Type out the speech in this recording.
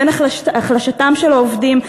בין החלשתם של העובדים,